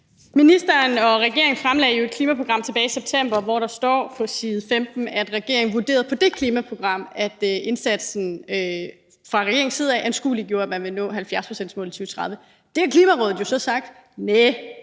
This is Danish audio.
Ministeren og regeringen fremlagde jo et klimaprogram tilbage i september, hvor der står på side 15, at regeringen vurderede på det klimaprogram, at indsatsen fra regeringens side anskueliggjorde, at man ville nå 70-procentsmålet i 2030. Til det har Klimarådet så sagt, at